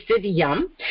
yum